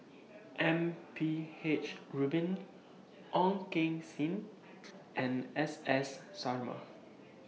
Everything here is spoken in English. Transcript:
M P H Rubin Ong Keng Sen and S S Sarma